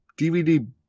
DVD